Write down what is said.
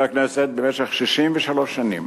חברי הכנסת, במשך 63 שנים,